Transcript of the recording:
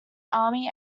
army